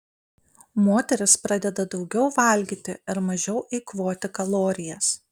moteris pradeda daugiau valgyti ir mažiau eikvoti kalorijas